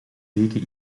weken